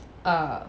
err